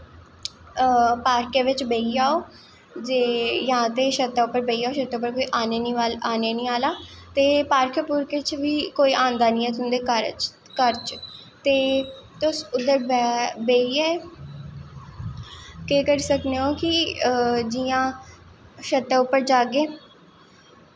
पार्के बिच बेही जाओ जे जां ते छत्ता उप्पर बेही जाओ ते कोई आने निं आह्ला ते पार्क पूर्कें च बी कोई आंदा निं ऐ तुं'दे घर च ते तुस उद्धर गै बेहियै केह् करी सकने ओ कि जि'यां छत्ता उप्पर जाह्गे